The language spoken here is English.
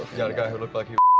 yeah the guy who looked like he